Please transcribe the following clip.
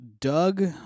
Doug